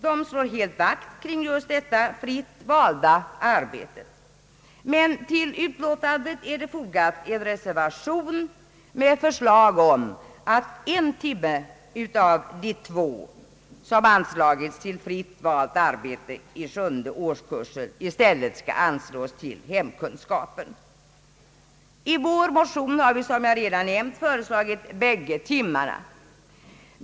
Utskottet slår vakt kring detta fritt valda arbete, men till utlåtandet är fogad en reservation, i vilken föreslås att en veckotimme av de två timmar som anslagits till fritt valt arbete i årskurs 7 i stället skall anslås till hemkunskap. I vår motion har vi, som jag redan nämnt, föreslagit att båda veckotimmarna skall tas i anspråk för detta ändamål.